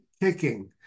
kicking